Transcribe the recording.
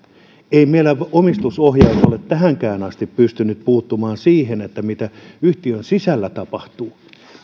ei meillä omistusohjaus ole tähänkään asti pystynyt puuttumaan siihen mitä yhtiön sisällä tapahtuu